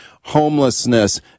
homelessness